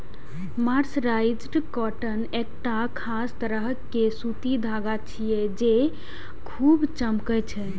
mercerised cotton एकटा खास तरह के सूती धागा छियै, जे खूब चमकै छै